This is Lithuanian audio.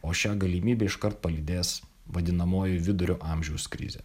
o šią galimybę iškart palydės vadinamoji vidurio amžiaus krizė